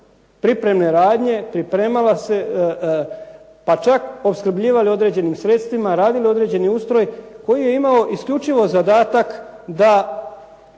pripremne radnje, pripremala se pa čak opskrbljivale određenim sredstvima, radili određeni ustroj koji je imao isključivo zadatak da